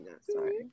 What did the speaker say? sorry